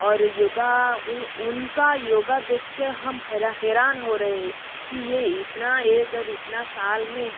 और योगा उन उनका योगा देख के हम हैरान हो रहे कि ये इतना ऐज और इतना साल में